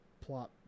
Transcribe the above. plot